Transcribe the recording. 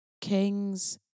Kings